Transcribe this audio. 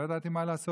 לא ידעתי מה לעשות.